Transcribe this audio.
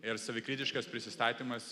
ir savikritiškas prisistatymas